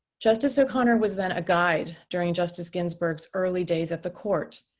justice o'connor was then a guide during justice ginsburg's early days at the court.